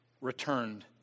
returned